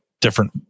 different